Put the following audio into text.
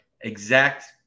exact